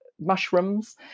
mushrooms